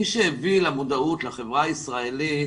מי שהביא למודעות החברה הישראלית